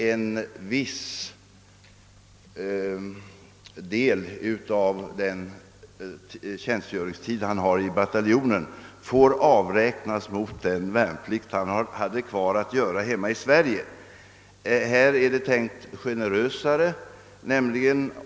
En viss del av tjänstgöringstiden i bataljonen får avräknas mot den värnpliktstid som läkaren i fråga har kvar att göra hem ma i Sverige. I det här fallet är avsikten att man skall vara mera generös.